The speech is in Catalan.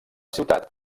ciutat